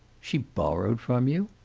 she borrowed from you!